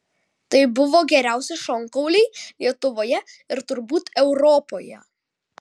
tai buvo geriausi šonkauliai lietuvoje ir turbūt europoje